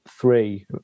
three